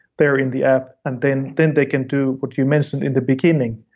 there in the app and then then they can do what you mentioned in the beginning,